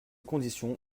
conditions